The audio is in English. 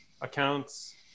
accounts